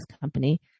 company